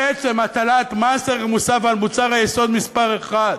בעצם הטלת מס ערך מוסף על מוצר היסוד מספר אחת,